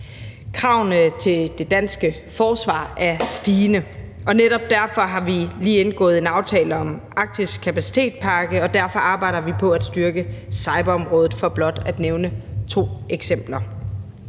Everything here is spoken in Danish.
Kravene til det danske forsvar er stigende, og netop derfor har vi lige indgået en aftale om Arktiskapacitetspakken, og derfor arbejder vi på at styrke cyberområdet, for blot at nævne to eksempler.